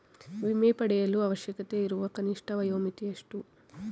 ವಿಮೆ ಪಡೆಯಲು ಅವಶ್ಯಕತೆಯಿರುವ ಕನಿಷ್ಠ ವಯೋಮಿತಿ ಎಷ್ಟು?